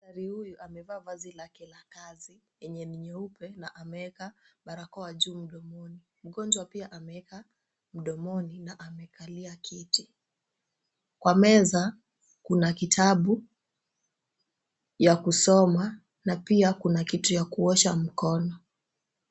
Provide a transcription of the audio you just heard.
Daktari huyu amevaa vazi lake la kazi , yenye ni nyeupe na ameweka barakoa juu mdomoni. Mgonjwa pia ameweka mdomoni na amekalia kiti. Kwa meza kuna kitabu ya kusoma na pia kuna kitu ya kuosha mkono.